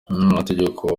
umunyamategeko